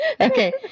Okay